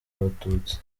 abatutsi